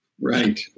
Right